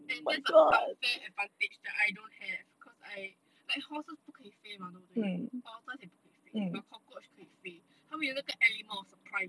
and that's unfair advantage that I don't have cause I like horses 不可以飞嘛对不对 otters 也不可以飞 but cockroach 可以飞他们有那个 element of surprise